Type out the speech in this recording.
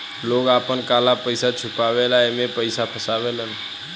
लोग आपन काला पइसा छुपावे ला एमे पइसा फसावेलन